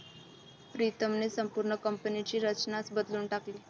प्रीतमने संपूर्ण कंपनीची रचनाच बदलून टाकली